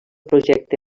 projecte